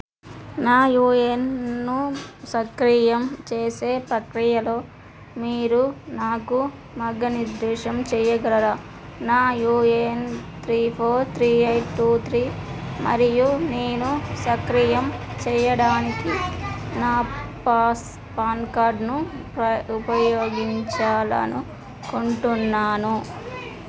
నా U A N సక్రియం చేసే ప్రక్రియలో మీరు నాకు మార్గనిర్దేశం చేయగలరా నా U A N three four three eight two three మరియు నేను సక్రియం చేయడానికి నా పాన్ కార్డును ఉపయోగించాలి అనుకుంటున్నాను